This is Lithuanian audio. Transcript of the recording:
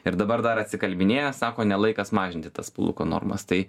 ir dabar dar atsikalbinėja sako ne laikas mažinti tas palūkanų normas tai